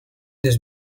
this